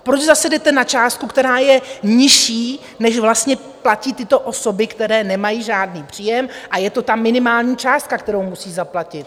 Proč zase jdete na částku, která je nižší, než vlastně platí tyto osoby, které nemají žádný příjem, a je to ta minimální částka, kterou musí zaplatit?